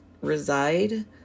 reside